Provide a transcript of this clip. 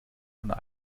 einer